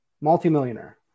multi-millionaire